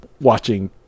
watching